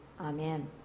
amen